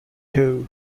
two